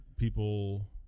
People